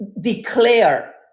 declare